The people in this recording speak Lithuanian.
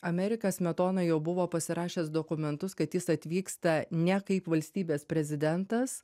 ameriką smetona jau buvo pasirašęs dokumentus kad jis atvyksta ne kaip valstybės prezidentas